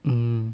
hmm